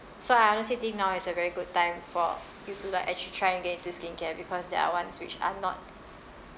so I honestly think now is a very good time for you to like actually try and get into skincare because there are ones which are not